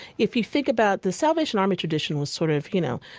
if you think about the salvation army tradition was sort of, you know,